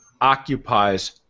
occupies